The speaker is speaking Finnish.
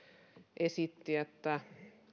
esitti että